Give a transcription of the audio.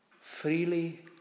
Freely